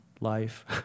Life